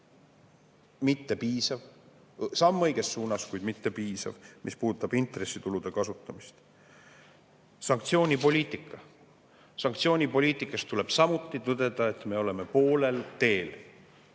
See on samm õiges suunas, kuid ei ole piisav, mis puudutab intressitulude kasutamist. Sanktsioonipoliitika. Sanktsioonipoliitikas tuleb samuti tõdeda, et me oleme poolel teel.